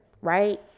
right